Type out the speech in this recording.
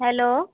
hello